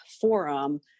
forum